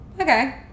Okay